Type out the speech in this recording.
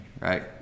right